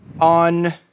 on